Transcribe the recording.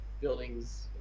buildings